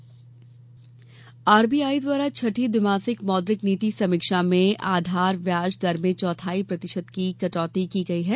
ब्याज दर कमी आरबीआई द्वारा छठी द्विमासिक मौद्रिक नीति समीक्षा में आधार आधार ब्याज दर में चौथाई प्रतिशत की कटौती की गई है